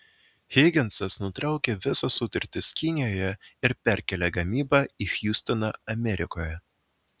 higinsas nutraukė visas sutartis kinijoje ir perkėlė gamybą į hjustoną amerikoje